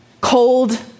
cold